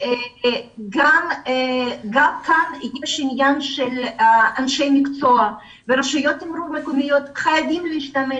גם כאן יש עניין של אנשי מקצוע ורשויות תמרור מקומיות חייבות להשתמש